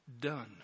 Done